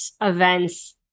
events